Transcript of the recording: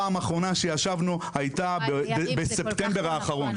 הפעם האחרונה שישבנו הייתה בספטמבר האחרון.